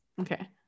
Okay